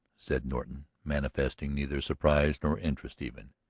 said norton, manifesting neither surprise nor interest even.